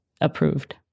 approved